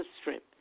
Strip